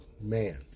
Man